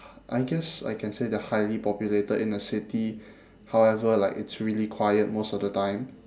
I guess I can say they're highly populated in the city however like it's really quiet most of the time